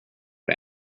det